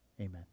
Amen